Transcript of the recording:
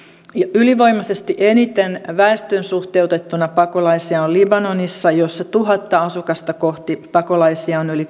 ylivoimaisesti eniten väestöön suhteutettuna pakolaisia on libanonissa missä tuhatta asukasta kohti pakolaisia on yli